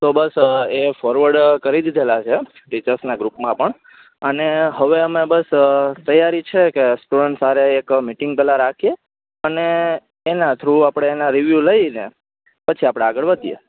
તો બસ એ ફોરવર્ડ કરી દીધેલાં છે ટીચર્સના ગ્રૂપમાં પણ અને હવે અમે બસ તૈયારી છેકે સ્ટુડન્ટ્સ હારે એક મિટિંગ પેલા રાખીએ અને એના થ્રુ આપળે એના રિવ્યુ લઈને પછી આપળે આગળ વધીએ